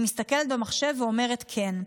היא מסתכלת במחשב ואומרת כן.